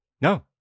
No